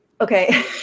Okay